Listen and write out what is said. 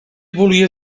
volia